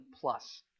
plus